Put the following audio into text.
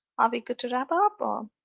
are we good to wrap up? um